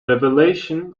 revelation